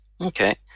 Okay